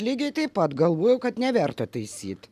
lygiai taip pat galvojau kad neverta taisyti